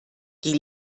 die